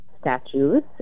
statues